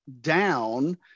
down